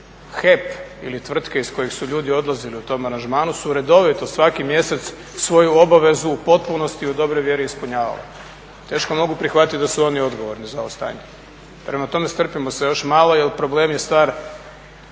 HEP ili tvrtke iz kojih su ljudi odlazili u tom aranžmanu su redovito svaki mjesec svoju obavezu u potpunosti u dobroj vjeri ispunjavali. Teško mogu prihvatiti da su oni odgovorni za ovo stanje. Prema tome, strpimo se još malo jer problem je star